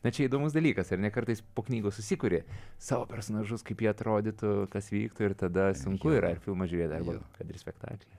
na čia įdomus dalykas ar ne kartais po knygų susikuri savo personažus kaip jie atrodytų kas vyktų ir tada sunku sunku yra filmą žiūrėt arba kad ir spektaklį